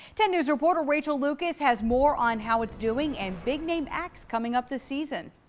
ten news reporter rachel lucas has more on how it's doing and big name acts coming up this season.